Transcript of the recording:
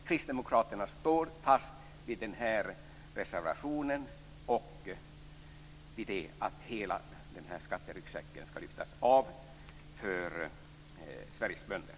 Kristdemokraterna står fast vid den här reservationen och vid att hela den här skatteryggsäcken skall lyftas av för Sveriges bönder.